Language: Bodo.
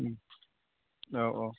औ औ